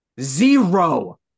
Zero